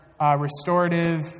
restorative